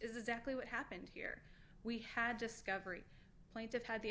is exactly what happened here we had just covering plaintiffs had the